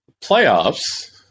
playoffs